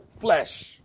flesh